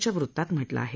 च्या वृत्तात म्हटलं आहे